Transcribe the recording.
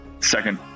second